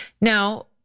Now